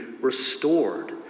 restored